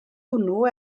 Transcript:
hwnnw